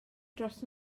dros